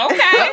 Okay